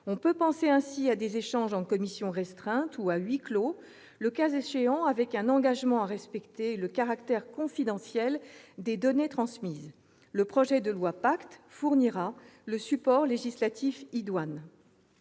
On peut penser à des échanges en commission restreinte ou à huis clos, le cas échéant, avec un engagement à respecter le caractère confidentiel des données transmises. Le projet de loi PACTE fournira le support législatif idoine.